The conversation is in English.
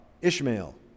Ishmael